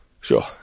Sure